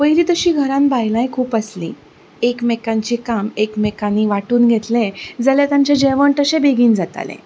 पयलीं तशीं घरान बायलांय खूब आसलीं एकमेकांचे काम एकमेकांनी वाटून घेतलें जाल्यार तांचे जेवण तशें बेगीन जातालें